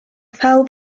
pawb